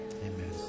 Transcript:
Amen